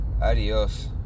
Adiós